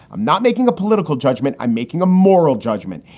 i'm not making a political judgment. i'm making a moral judgment.